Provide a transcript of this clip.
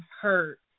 hurt